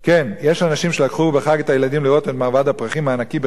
יש אנשים שלקחו בחג את הילדים לראות את מרבד הפרחים הענקי בחיפה,